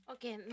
Okay